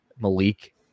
malik